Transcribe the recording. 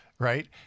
right